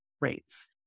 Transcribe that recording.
rates